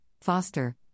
foster